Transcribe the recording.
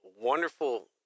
wonderful